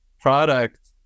product